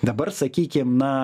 dabar sakykim na